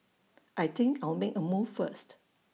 I think I'll make A move first